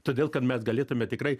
todėl kad mes galėtume tikrai